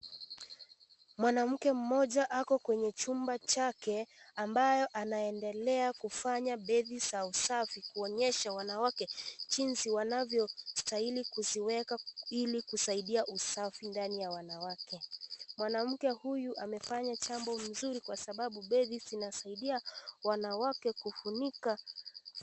Mwanamke mmoja ako kwenye chumba chake ambayo anaendelea kufanya beti za usafi kuonyesha wanawake jinsi wanavyostahili kuziweka ili kusaidia usafi ndani ya wanawake . Mwanamke huyu amefanya Jambo mzuri Kwa Sababu hedhi inasaidia wanawake kufunika.